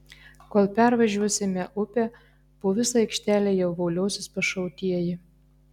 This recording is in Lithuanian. kol pervažiuosime upę po visą aikštelę jau voliosis pašautieji